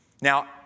Now